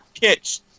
Catch